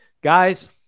guys